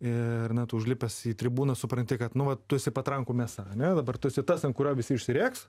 ir net užlipęs į tribūną supranti kad nu vat tu esi patrankų mėsa ane dabar tu esi tas ant kurio visi išsirėks